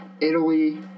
Italy